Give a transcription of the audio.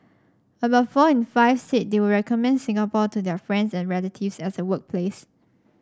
about four in five said they would recommend Singapore to their friends and relatives as a workplace